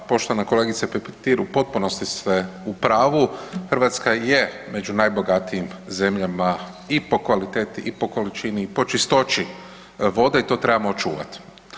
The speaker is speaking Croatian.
Pa poštovana kolegice Petir, u potpunosti ste u pravu, Hrvatska je među najbogatijim zemljama i po kvaliteti i po količini i po čistoći vode i to trebamo očuvat.